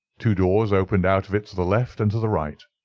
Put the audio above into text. two doors opened out of it to the left and to the right.